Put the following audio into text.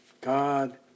God